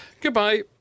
Goodbye